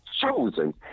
chosen